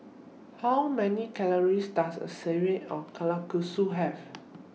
How Many Calories Does A Serving of Kalguksu Have